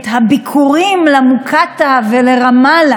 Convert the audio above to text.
התשפ"א 2021, לקריאה ראשונה.